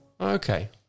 Okay